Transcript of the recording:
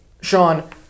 Sean